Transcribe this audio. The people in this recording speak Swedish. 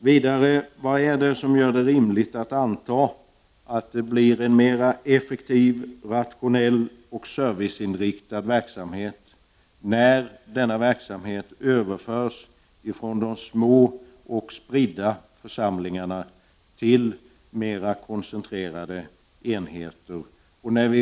Vad är det vidare som gör det rimligt att anta att verksamheten blir mer effektiv, rationell och serviceinriktad, när denna verksamhet överförs från de små och spridda församlingarna till mera koncentrerade enheter?